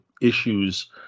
issues